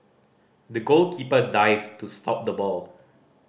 the goalkeeper dived to stop the ball